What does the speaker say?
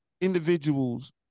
individuals